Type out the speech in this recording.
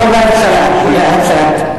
לא מההתחלה, לאט-לאט.